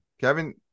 Kevin